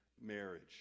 marriage